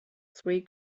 three